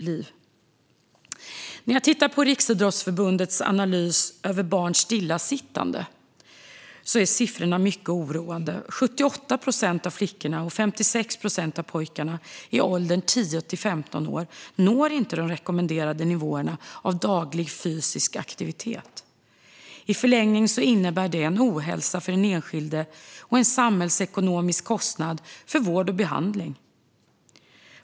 Siffrorna i Riksidrottsförbundets analys av barns stillasittande är mycket oroande. 78 procent av flickorna och 56 procent av pojkarna i åldrarna 10-15 år når inte de rekommenderade nivåerna på daglig fysisk aktivitet. I förlängningen innebär det ohälsa för den enskilde och en samhällsekonomisk kostnad för vård och behandling.